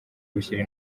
gushyira